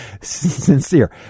sincere